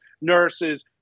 nurses